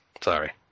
Sorry